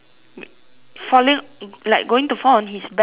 falling like going to fall on his back right